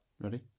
Ready